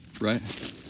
right